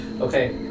Okay